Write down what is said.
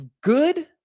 good